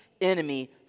enemy